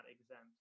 exempt